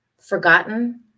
forgotten